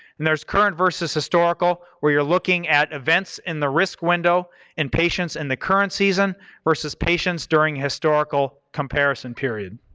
and there's current versus historical, where you're looking at events in the risk window and patients in and the current season versus patients during historical comparison period.